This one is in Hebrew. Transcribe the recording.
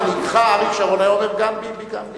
מנהיגך אריק שרון היה אומר: גם ביבי, גם ביבי.